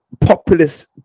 populist